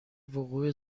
وقوع